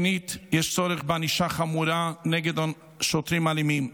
שנית, יש צורך בענישה חמורה נגד שוטרים אלימים.